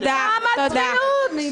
כמה צביעות.